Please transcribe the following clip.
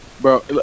Bro